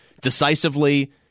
decisively—